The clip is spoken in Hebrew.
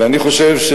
ואני חושב,